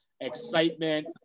excitement